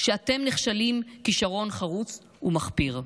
שאתם נכשלים כישלון חרוץ ומחפיר.